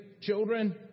children